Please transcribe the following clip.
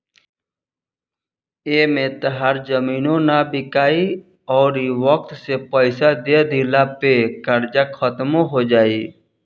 एमें तहार जमीनो ना बिकाइ अउरी वक्त से पइसा दे दिला पे कर्जा खात्मो हो जाई